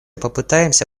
попытаемся